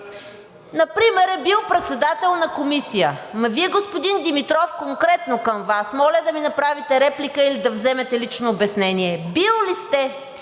например е бил председател на комисия. Ама Вие, господин Димитров – конкретно към Вас, моля да ми направите реплика или да вземете лично обяснение, били ли сте